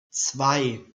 zwei